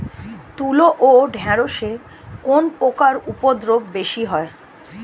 তুলো ও ঢেঁড়সে কোন পোকার উপদ্রব বেশি হয়?